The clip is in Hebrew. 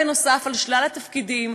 נוסף על שלל התפקידים,